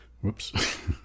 Whoops